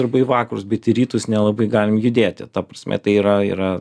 arba į vakarus bet į rytus nelabai galim judėti ta prasme tai yra yra